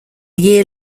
year